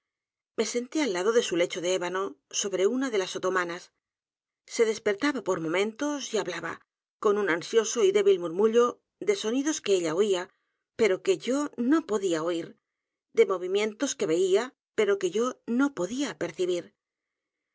me senté al lado de su lecho de ébano sobre una de las otomanas se despertaba por momentos y hablaba con un ansioso y débil murmullo de sonidos que ella oía pero que yo no podía oir de movimientos que veía pero que yo no podía percibir